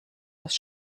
aus